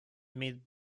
mid